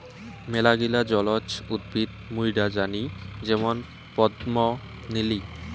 মেলাগিলা জলজ উদ্ভিদ মুইরা জানি যেমন পদ্ম, নিলি